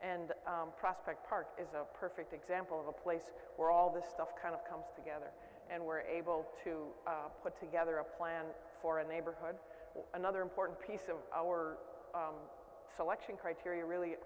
and prospect park is a perfect example of a place where all the stuff kind of comes together and we're able to put together a plan for a neighborhood or another important piece of our selection criteria really